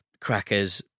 crackers